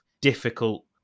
difficult